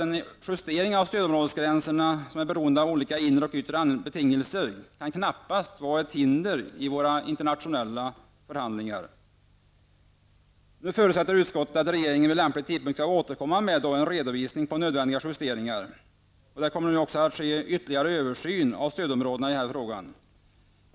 En justering av stödområdesgränserna som är beroende av olika inre och yttre betingelser kan knappast vara ett hinder i våra internationella förhandlingar. Nu förutsätter utskottet att regeringen vid lämplig tidpunkt skall återkomma med en redovisning på nödvändiga justeringar. Det kommer nu också att ske ytterligare översyn av stödområdena i denna fråga.